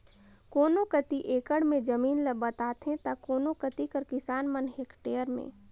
कोनो कती एकड़ में जमीन ल बताथें ता कोनो कती कर किसान मन हेक्टेयर में